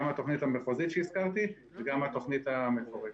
גם התוכנית המחוזית וגם התוכנית המפורטת.